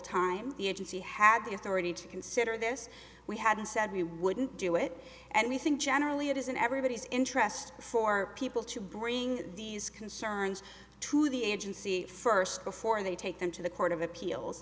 agency had the authority to consider this we hadn't said we wouldn't do it and we think generally it is in everybody's interest for people to bring these concerns to the agency first before they take them to the court of appeals